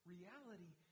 Reality